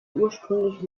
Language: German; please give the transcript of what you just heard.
ursprünglich